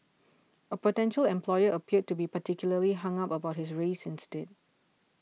a potential employer appeared to be particularly hung up about his race instead